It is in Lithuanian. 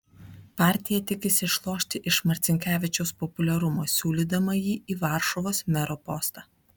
partija tikisi išlošti iš marcinkevičiaus populiarumo siūlydama jį į varšuvos mero postą